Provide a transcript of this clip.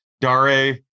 Dare